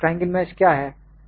triangle mesh क्या है